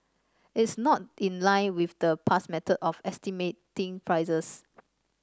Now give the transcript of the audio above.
it's not in line with the past method of estimating prices